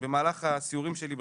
האם נעצרו והאם יש עצורים?